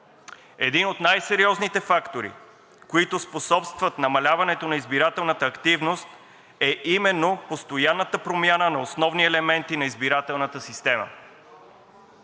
Един от най-сериозните фактори, които способстват намаляването на избирателната активност, е именно постоянната промяна на основни елементи на избирателната система.“